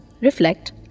reflect